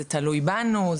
זה תלוי בנו,